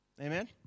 Amen